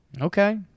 Okay